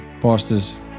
Pastors